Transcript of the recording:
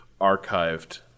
archived